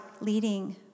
leading